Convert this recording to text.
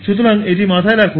সুতরাং এটি মাথায় রাখুন